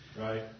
Right